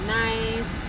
nice